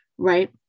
right